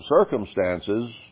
circumstances